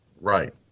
right